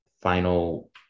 final